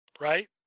right